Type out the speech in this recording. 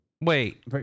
Wait